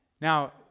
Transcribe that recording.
Now